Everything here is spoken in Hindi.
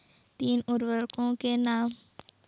तीन उर्वरकों के नाम?